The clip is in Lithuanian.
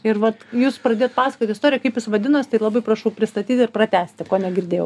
ir vat jūs pradėjot pasakot istoriją kaip jis vadinos tai labai prašau pristatyti ir pratęsti ko negirdėjau